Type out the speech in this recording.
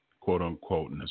quote-unquote